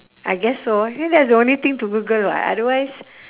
I guess so I feel that's the only thing to google [what] otherwise